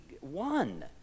one